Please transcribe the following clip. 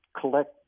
collect